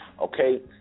Okay